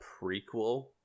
prequel